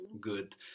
Good